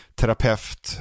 terapeut